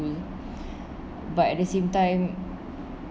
but at the same time